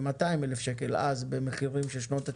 ב-200,000 שקל במחירים של שנות התשעים,